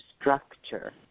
structure